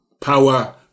Power